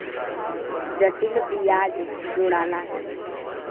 जटिल बियाज जोड़ाला